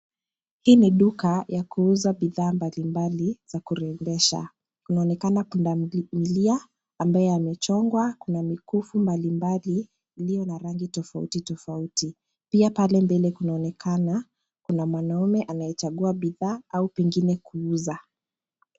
Hii ni duka ya kuuza bidhaa mbali mbali za kurembesha unaonekana kuna punda milia ambaye amechongwa, kuna mikufu mbali mbali ilio na rangi tafauti tafauti, pia pale mbele unaonekana kuna mwanaume anayechangua bidhaa au pengine kuuza.